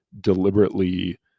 deliberately